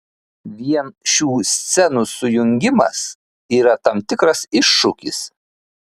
vien šių scenų sujungimas yra tam tikras iššūkis